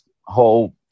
whole